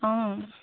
অঁ